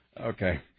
Okay